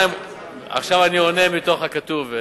עכשיו אני עונה מתוך הכתוב,